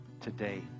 today